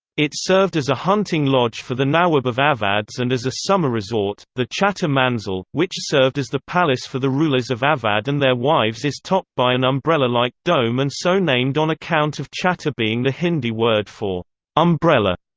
it served as a hunting lodge for the nawab of awadhs and as a summer resort the chattar manzil, which served as the palace for the rulers of awadh and their wives is topped by an umbrella-like like dome and so named on account of chattar being the hindi word for umbrella.